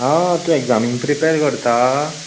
हा तूं एग्जामी प्रिपेर करता